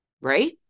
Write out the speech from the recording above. Right